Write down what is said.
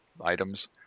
items